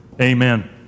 Amen